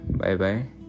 bye-bye